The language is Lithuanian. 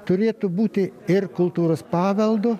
turėtų būti ir kultūros paveldo